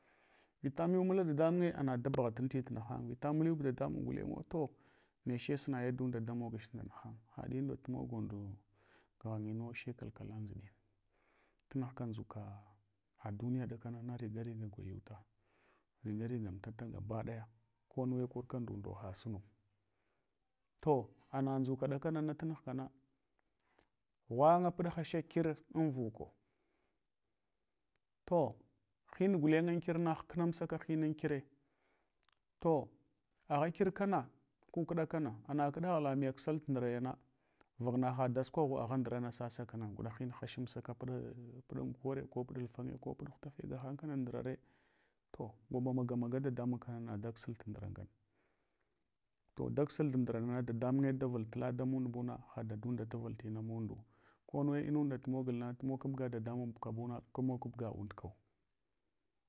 Vita muwmula dadamuiye gna da bugha tantin tnaham, vita miuhib dadamum gidenwo, to neche suma jandunda moguch nda nahang. Haɗnunda tu mog undu kghanyinuwo she kalkala ndʒuɗin. tunape ka ndʒuka ka ha duniya ɗakana na riga riga gwayuta, riga rga tata gabaɗaya. Ko nuwe korka ndundo hasunu. To ana ndʒuldakanana lunghkana ghwanga ɓuɗ hasga hknamsaka hinana kire. To hin guenye an kirna hknamsaka, hinan kire. To agha kirtana kakɗa kana ana keɗa ghalame ksal tndurayana vaghna hadasukwaghu agha ndrana sasakana. Guɗa hin nashanu saka puɗun kuware, ko puɗulfange ko puɗhutafe gahankana ndurare. To gwaba magamaga dadamun da ksul ndura ngane. To daksul ndura nana dadamuye davul lada mund buna hadaduna taval tina mundu kome munda tu mogulna tu mog kabga dadamunka buna mog kabga undukaw.